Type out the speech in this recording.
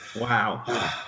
Wow